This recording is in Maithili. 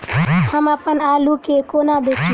हम अप्पन आलु केँ कोना बेचू?